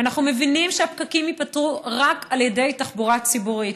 ואנחנו מבינים שהפקקים ייפתרו רק על ידי תחבורה ציבורית.